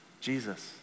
Jesus